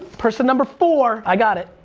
person number four, i got it.